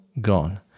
gone